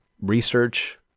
research